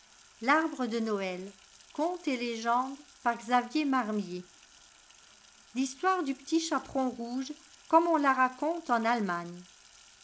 l'histoire du petit chaperon rouge comme ox la raconte en allemagne